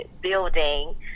building